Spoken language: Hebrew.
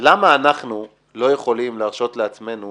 למה אנחנו לא יכולים להרשות לעצמנו